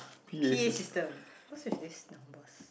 P_A system what's with this numbers